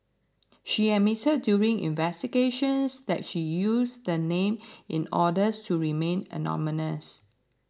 she admitted during investigations that she used the name in order to remain anonymous